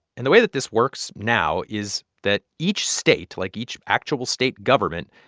and the way that this works now is that each state, like each actual state government,